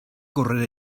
correr